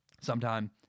sometime